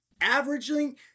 averaging